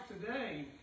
today